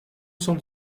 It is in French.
cent